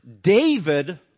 David